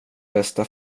bästa